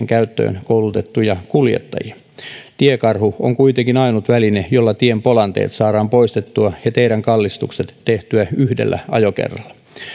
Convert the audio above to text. käyttöön koulutettuja kuljettajia tiekarhu on kuitenkin ainut väline jolla tien polanteet saadaan poistettua ja teiden kallistukset tehtyä yhdellä ajokerralla